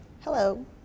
Hello